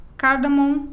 cardamom